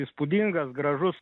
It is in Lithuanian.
įspūdingas gražus